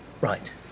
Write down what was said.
Right